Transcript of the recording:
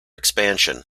expansion